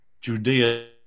Judea